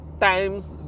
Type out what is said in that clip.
times